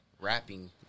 rapping